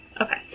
Okay